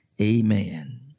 Amen